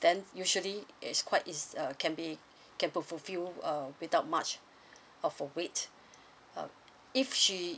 then usually it's quite is uh can be can full fulfill uh without much of a wait um if she